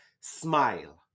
smile